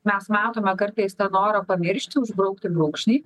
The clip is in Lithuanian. mes matome kartais tą norą pamiršti užbraukti brūkšnį